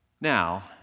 Now